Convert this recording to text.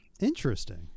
Interesting